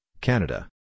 Canada